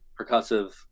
percussive